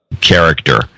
character